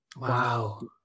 wow